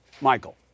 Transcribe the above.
Michael